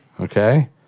Okay